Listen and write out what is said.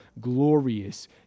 glorious